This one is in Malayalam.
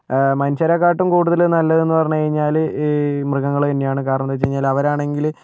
മനുഷ്യരെക്കാട്ടും കൂടുതൽ നല്ലതെന്നു പറഞ്ഞുകഴിഞ്ഞാൽ ഈ മൃഗങ്ങൾ തന്നെയാണ് കാരണമെന്താണെന്നു വച്ചാൽ അവരാണെങ്കിൽ